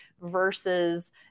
versus